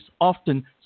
often